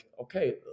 okay